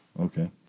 Okay